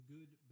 Good